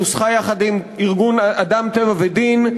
נוסחה יחד עם ארגון "אדם טבע ודין".